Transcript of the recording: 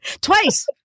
Twice